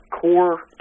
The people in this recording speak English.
core